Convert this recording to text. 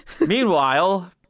Meanwhile